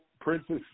Princess